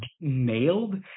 nailed